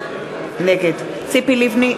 נגד ציפי לבני,